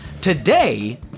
today